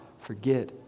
Forget